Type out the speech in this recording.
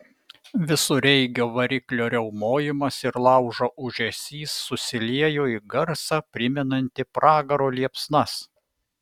visureigio variklio riaumojimas ir laužo ūžesys susiliejo į garsą primenantį pragaro liepsnas